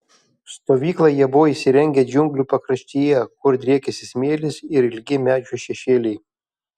stovyklą jie buvo įsirengę džiunglių pakraštyje kur driekėsi smėlis ir ilgi medžių šešėliai